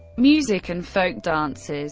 music and folk dances